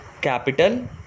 capital